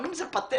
לפעמים זה פאתט.